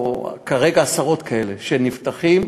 כרגע עשרות כאלה שנפתחים,